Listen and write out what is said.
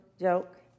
joke